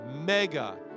mega